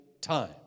time